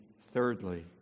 thirdly